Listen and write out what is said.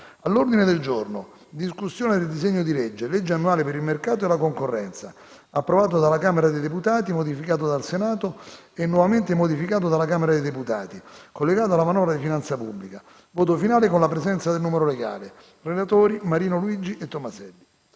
ordine del giorno: I. Discussione del disegno di legge: Legge annuale per il mercato e la concorrenza (Approvato dalla Came_ra dei deputati; modificato dal Senato e nuovamente modificato dalla_ Camera dei deputati) (Collegato alla manovra di finanza pubblica) (Voto finale con la presenza del numero legale) - Relatori MARINO Luigi e TOMASELLI